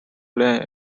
lee